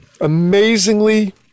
amazingly